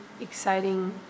exciting